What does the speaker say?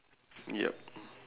ya